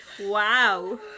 Wow